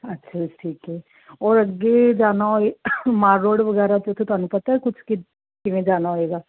ਅੱਛਾ ਠੀਕ ਹੈ ਔਰ ਅੱਗੇ ਜਾਣਾ ਹੋਏ ਮਾਲ ਰੋਡ ਵਗੈਰਾ 'ਤੇ ਤਾਂ ਤੁਹਾਨੂੰ ਪਤਾ ਕੁਛ ਕਿਵੇਂ ਜਾਣਾ ਹੋਏਗਾ